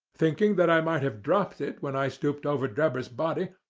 thinking that i might have dropped it when i stooped over drebber's body,